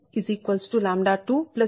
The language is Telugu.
అందువలన Δ118